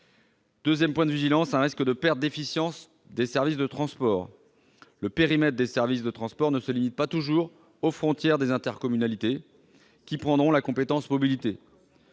nous pointons un risque de perte d'efficience des services de transport. Le périmètre pertinent des services de transport ne se limite pas toujours aux frontières des intercommunalités qui prendront la compétence mobilité.